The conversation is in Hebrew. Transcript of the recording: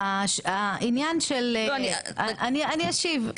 אני אשיב.